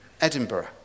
Edinburgh